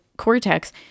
cortex